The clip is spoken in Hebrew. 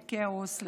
לכאוס,